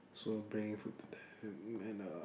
so bringing food to them and uh